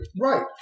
Right